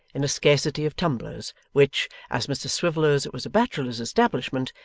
in a scarcity of tumblers which, as mr swiveller's was a bachelor's establishment,